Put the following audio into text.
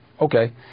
Okay